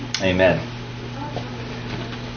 Amen